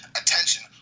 attention